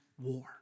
war